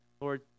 lord